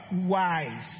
Wise